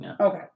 Okay